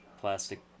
plastic